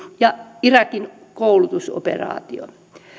ja irakin koulutusoperaatio